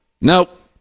Nope